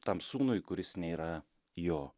tam sūnui kuris nėra jo